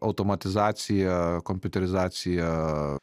automatizacija kompiuterizacija